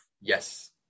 Yes